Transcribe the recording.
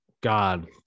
god